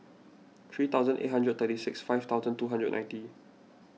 three thousand eight hundred and thirty six five thousand two hundred and ninety